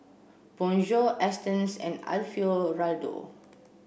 Bonjour Astons and Alfio Raldo